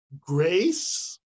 grace